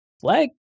flag